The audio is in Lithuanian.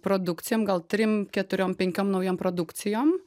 produkcijom gal trim keturiom penkiom naujom produkcijom